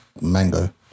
mango